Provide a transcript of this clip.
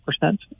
percent